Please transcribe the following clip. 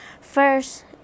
First